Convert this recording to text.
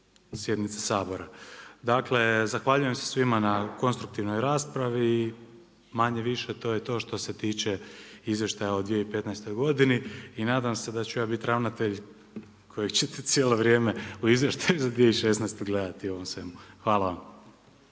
sjednice Sabora. Dakle, zahvaljujem se svima na konstruktivnoj raspravi i manje-više to je to što se tiče izvještaja o 2015. godini i nadam se da ću ja biti ravnatelj kojeg ćete cijelo vrijeme u izvještaju za 2016. gledati u ovom svemu. Hvala vam.